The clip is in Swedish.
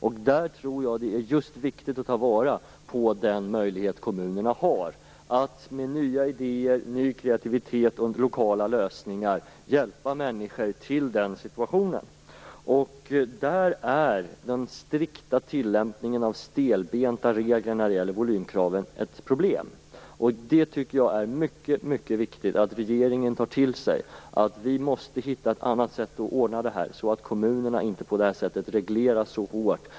Jag tror att det är viktigt att ta tillvara just den möjlighet som kommunerna har att med nya idéer, ny kreativitet och lokala lösningar hjälpa människor med det. Den strikta tillämpningen av stelbenta regler när det gäller volymkraven är ett problem. Det är mycket viktigt att regeringen tar till sig att vi måste hitta ett annat sätt att ordna det här, så att kommunerna inte regleras så hårt.